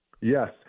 Yes